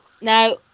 Now